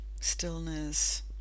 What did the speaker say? stillness